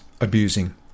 abusing